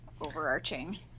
overarching